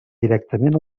directament